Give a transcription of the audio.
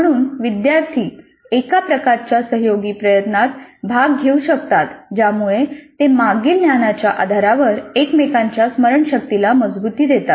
म्हणून विद्यार्थी एका प्रकारच्या सहयोगी प्रयत्नात भाग घेऊ शकतात ज्यामुळे ते मागील ज्ञानाच्या आधारावर एकमेकांच्या स्मरणशक्तीला मजबुती देतात